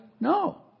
No